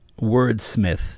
wordsmith